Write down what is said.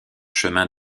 chemins